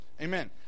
Amen